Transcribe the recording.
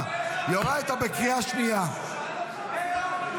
(קורא בשם חברת הכנסת)